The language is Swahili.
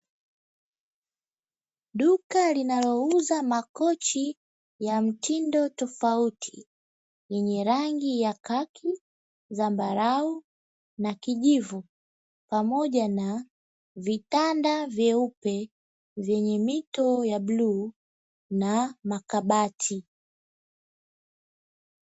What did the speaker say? Duka linalouza makochi ya mtindo tofauti, yenye rangi ya kakhi, zambarau na kijivu, pamoja na vitanda vyeupe vyenye mito ya bluu na makabati.